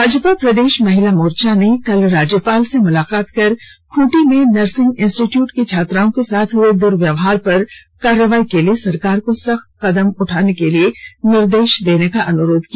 भाजपा प्रदेश महिला मोर्चा ने कल राज्यपाल से मुलाकात कर खूंटी में नर्सिंग इंस्टीट्यूट की छात्राओं के साथ हए दुर्वयवहार पर कार्रवाई के लिए सरकार को सख्त कदम उठाने के लिए निर्देश देने का अनुरोध किया